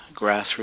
grassroots